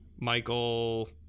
Michael